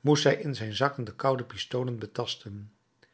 moest hij in zijn zakken de koude pistolen betasten